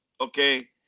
Okay